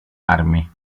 armi